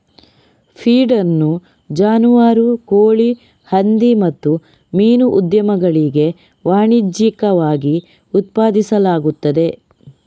feed ಅನ್ನು ಜಾನುವಾರು, ಕೋಳಿ, ಹಂದಿ ಮತ್ತು ಮೀನು ಉದ್ಯಮಗಳಿಗೆ ವಾಣಿಜ್ಯಿಕವಾಗಿ ಉತ್ಪಾದಿಸಲಾಗುತ್ತದೆ